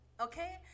okay